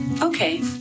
Okay